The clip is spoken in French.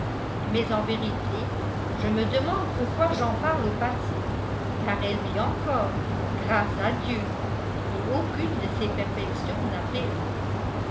mais en vérité je me demande pourquoi j'en parle au passé car elle vit encore grâce à dieu et aucune de ses perfections n'a